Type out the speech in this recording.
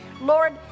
Lord